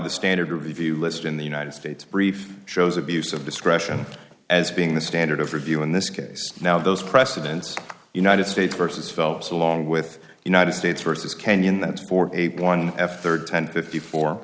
the standard review list in the united states brief shows abuse of discretion as being the standard of review in this case now those precedents united states versus phelps along with united states versus kenyon that for eight one f third ten fifty four